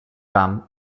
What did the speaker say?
camp